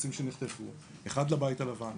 מטוסים שנחטפו אחד לבית הלבן.